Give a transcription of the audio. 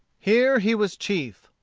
here he was chief.